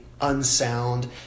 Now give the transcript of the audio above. unsound